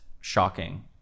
shocking